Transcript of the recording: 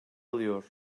alıyor